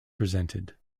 presented